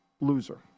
loser